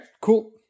cool